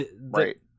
right